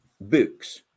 books